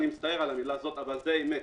אני מצטער על המילה הזאת, אבל זו האמת.